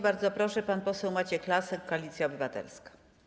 Bardzo proszę, pan poseł Maciej Lasek, Koalicja Obywatelska.